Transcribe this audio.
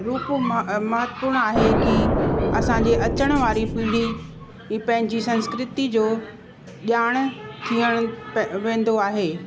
रूप मां महत्वपूर्ण आहे कि असांजे अचण वारी पीढ़ी कि पंहिंजी संस्कृति जो ॼाण थियण वेंदो आहे